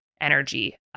energy